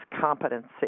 competency